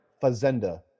Fazenda